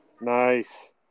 Nice